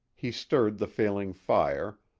he stirred the failing fire,